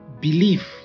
belief